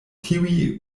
tiuj